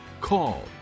call